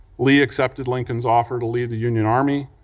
lee accepted lincoln's offer to lead the union army,